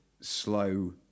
slow